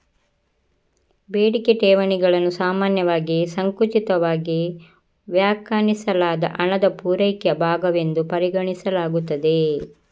ಬೇಡಿಕೆ ಠೇವಣಿಗಳನ್ನು ಸಾಮಾನ್ಯವಾಗಿ ಸಂಕುಚಿತವಾಗಿ ವ್ಯಾಖ್ಯಾನಿಸಲಾದ ಹಣದ ಪೂರೈಕೆಯ ಭಾಗವೆಂದು ಪರಿಗಣಿಸಲಾಗುತ್ತದೆ